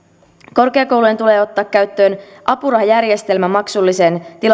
korkeakoulujen tulee ottaa käyttöön apurahajärjestelmä maksulliseen